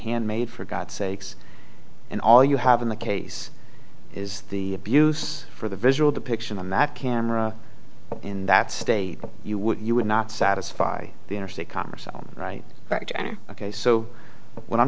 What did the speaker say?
handmade for god sakes and all you have in the case is the abuse for the visual depiction on that camera in that state you would you would not satisfy the interstate commerce right ok so what i'm